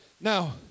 Now